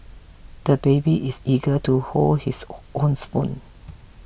the baby is eager to hold his oh own spoon